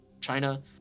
China